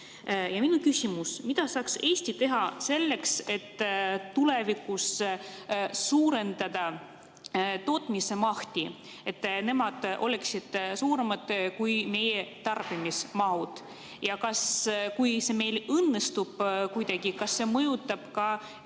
Ja minu küsimus: mida saaks Eesti teha selleks, et tulevikus suurendada tootmismahte, et nemad oleksid suuremad kui meie tarbimismahud? Ja kui see meil õnnestub kuidagi, kas see mõjutab ka